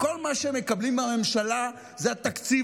וכל מה שהם מקבלים מהממשלה זה התקציב